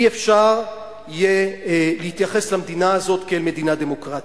לא יהיה אפשר להתייחס למדינה הזאת כאל מדינה דמוקרטית.